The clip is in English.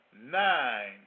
nine